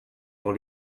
dans